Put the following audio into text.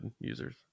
users